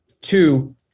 two